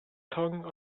tongue